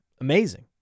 Amazing